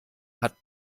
hat